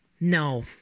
no